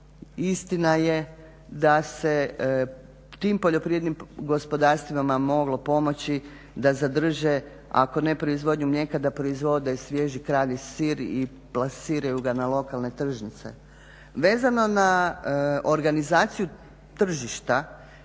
Istina je da se tim poljoprivrednim gospodarstvima moglo pomoći da zadrže ako ne proizvodnju mlijeka, da proizvode svježi kravlji sir i plasiraju ga na lokalne tržnice. Vezano na organizaciju tržišta